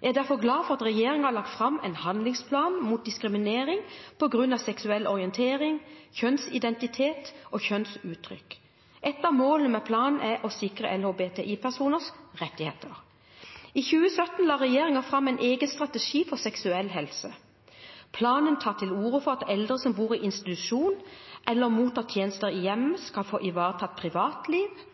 Jeg er derfor glad for at regjeringen har lagt fram en handlingsplan mot diskriminering på grunn av seksuell orientering, kjønnsidentitet og kjønnsuttrykk. Et av målene med planen er å sikre LHBTI-personers rettigheter. I 2017 la regjeringen fram en egen strategi for seksuell helse. Planen tar til orde for at eldre som bor i institusjon eller mottar tjenester i hjemmet, skal få ivaretatt privatliv